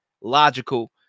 logical